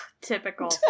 Typical